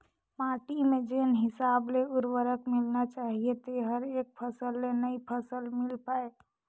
माटी में जेन हिसाब ले उरवरक मिलना चाहीए तेहर एक फसल ले नई फसल मिल पाय